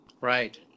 right